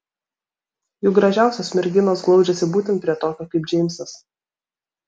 juk gražiausios merginos glaudžiasi būtent prie tokio kaip džeimsas